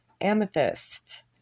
amethyst